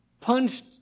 punched